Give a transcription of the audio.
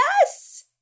Yes